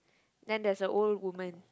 then there's a old woman